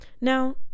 Now